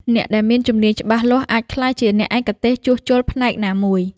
អ្នកដែលមានជំនាញច្បាស់លាស់អាចក្លាយជាអ្នកឯកទេសជួសជុលផ្នែកណាមួយ។